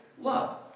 love